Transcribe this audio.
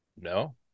No